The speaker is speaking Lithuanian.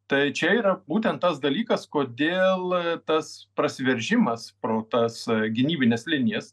tai čia yra būtent tas dalykas kodėl tas prasiveržimas pro tas gynybines linijas